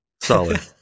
Solid